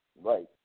right